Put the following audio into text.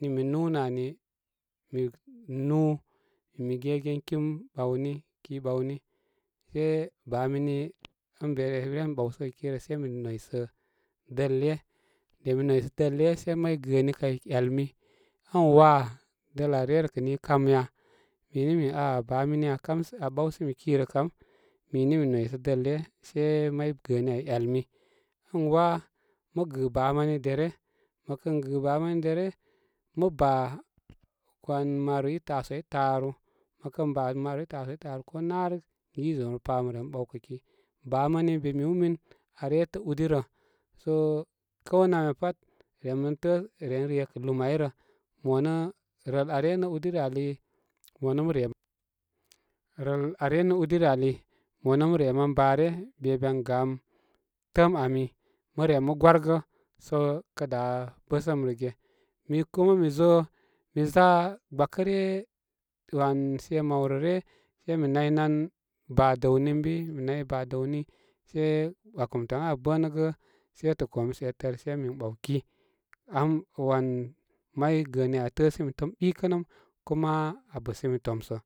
nin mi núnə ani, mi nú mi gegen kim ɓawni ki ɓawni se baa mini be re mi ɓawsəgə ki rə sei mi noysə dəl iyə de mi noysə dəl iyə se may gəəni kay yalmi ən wáá, dəl al iyə rə kə nii kamya minə min áa kamsə áa ɓawsə mi ki rə kám minə mi noysə dəl iyə se may gəəni ai yalni əa waa mə gɨ baa mani derə ma kaŋ gɨ baa mani derə, mə báá marori tasuwai taaru mə kən baa maroroi taaru ko naarək gi zum rə pa mə ren ɓawkə ki baa mani be miwmin aa retə udi rə sə komamya pat rem ren tə ren re kə lumai və mo nə rəl aa re nə udi rə ali, monə mə rə, rəl aa re nə udi rə ali mo nə mə re man baa rgə be ben gam təəm ami mə re mə gwargə sə kə da bəsəm rə ge mi kum mi zo mi za gbakəryə wan she may rə rya se mi naynan baa dəwni ən bi, mi nay baa dəwni se bakum ta ən aa bə nə gə shetə kome sa etəarse min ɓawki am wan may gəəni ai aa təəsimi təəm ɓikənəm kuma a bəsimi tomsə.